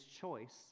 choice